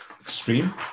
extreme